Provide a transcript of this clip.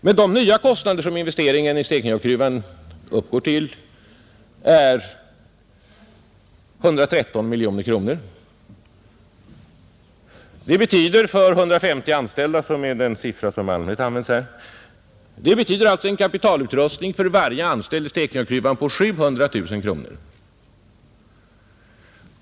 Men de nya kostnader som investeringen i Stekenjokkgruvan uppgår till är 113 miljoner kronor, Det betyder för 150 anställda, som är den siffra som i allmänhet används här, en kapitalutrustning för varje anställd i Stekenjokkgruvan på 700 000 kronor.